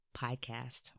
podcast